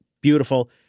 beautiful